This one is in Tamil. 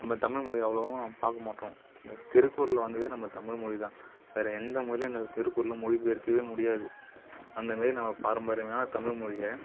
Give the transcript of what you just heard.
நம்ம தமிழ் மொழி அவ்வளவும் பார்க்கமாட்றோம் இந்த திருக்குறள் வந்து நம்ம தமிழ் மொழிதான் வேறு எந்த மொழியும் இந்த திருக்குறளை மொழிபெயர்க்கவே முடியாது அந்தமாரி நம்ம பாரம்பரியமான தமிழ் மொழியை